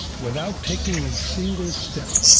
without taking a single step.